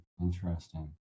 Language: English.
interesting